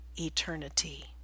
eternity